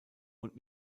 und